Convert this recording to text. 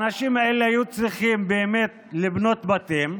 האנשים האלה היו צריכים באמת לבנות בתים,